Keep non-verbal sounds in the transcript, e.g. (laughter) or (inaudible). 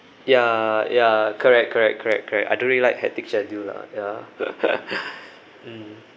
ya ya correct correct correct correct I don't really like hectic schedule lah ya (laughs) mm